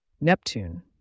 Neptune